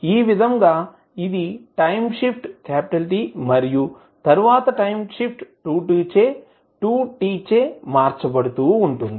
ఈ విధంగా ఇది టైం షిఫ్ట్ T మరియు తరువాత టైం షిఫ్ట్ 2T చే మార్చబడుతూ ఉంటుంది